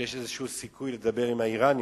שיש איזשהו סיכוי לדבר עם האירנים,